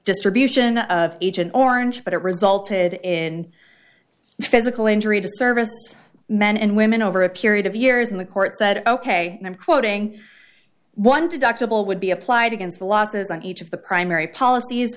distribution of agent orange but it resulted in physical injury to service men and women over a period of years in the court said ok i'm quoting one to dr bill would be applied against the losses on each of the primary policies